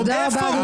איפה הוא?